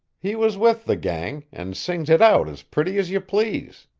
he was with the gang, and sings it out as pretty as you please.